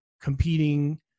competing